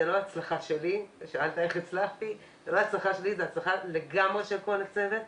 זאת לא הצלחה שלי אלא זו לגמרי הצלחה של כל הצוות.